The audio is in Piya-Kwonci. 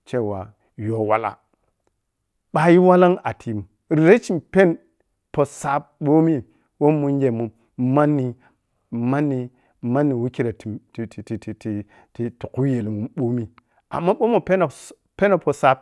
cewa youwala bayu wala’m a’tiyim rashim peni poh sab ɓom woh mungemun manni-manni-manni wikkirei ti-ti-ti-ti-tititii tu khu yel mu bomi amma ɓomi amma ɓou mu pɛno poh sab.